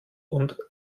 und